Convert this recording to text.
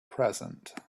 present